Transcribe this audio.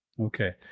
okay